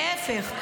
להפך.